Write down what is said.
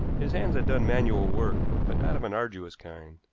his hands had done manual work, but not of an arduous kind.